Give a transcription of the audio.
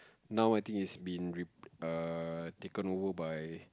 now I think it's been re err taken over by